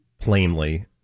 plainly